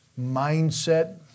mindset